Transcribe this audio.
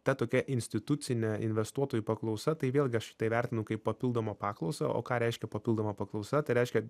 ta tokia institucinė investuotojų paklausa tai vėlgi aš tai vertinu kaip papildomą paklausą o ką reiškia papildoma paklausa tai reiškia